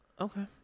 Okay